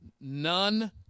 none